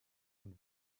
and